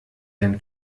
denn